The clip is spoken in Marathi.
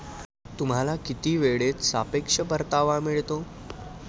तुम्हाला किती वेळेत सापेक्ष परतावा मिळतो?